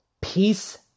Peace